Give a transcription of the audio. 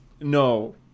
No